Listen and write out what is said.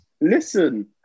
Listen